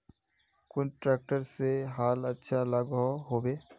कुन ट्रैक्टर से हाल अच्छा लागोहो होबे?